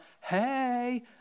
hey